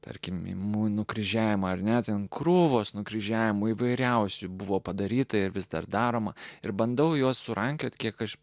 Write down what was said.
tarkim imu nukryžiavimą ar net ant krūvos nukryžiavimo įvairiausių buvo padaryta ir vis dar daroma ir bandau juos surankioti kiek aš